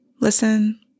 listen